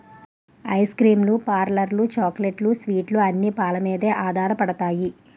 ice cream లు పార్లర్లు చాక్లెట్లు స్వీట్లు అన్ని పాలమీదే ఆధారపడతాయి